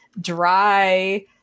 dry